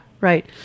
right